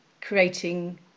creating